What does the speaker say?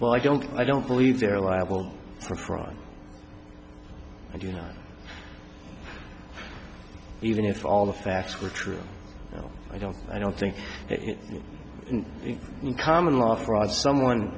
well i don't i don't believe they're liable for fraud and you know even if all the facts were true i don't i don't think in common law fraud someone